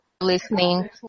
listening